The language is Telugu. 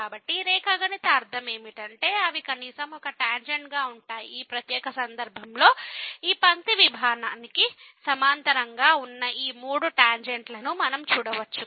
కాబట్టి రేఖాగణిత అర్ధం ఏమిటంటే అవి కనీసం ఒక టాంజెంట్గా ఉంటాయి ఈ ప్రత్యేక సందర్భంలో ఈ పంక్తి విభాగానికి సమాంతరంగా ఉన్న ఈ మూడు టాంజెంట్లను మనం చూడవచ్చు